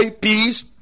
peace